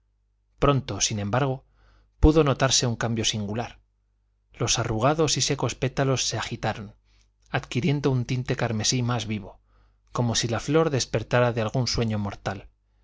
pronto sin embargo pudo notarse un cambio singular los arrugados y secos pétalos se agitaron adquiriendo un tinte carmesí más vivo como si la flor despertara de algún sueño mortal